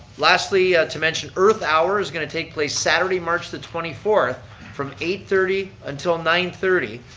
lastly, to mention earth hour is going to take place saturday, march the twenty fourth from eight thirty until nine thirty.